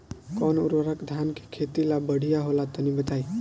कौन उर्वरक धान के खेती ला बढ़िया होला तनी बताई?